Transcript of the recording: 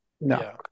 No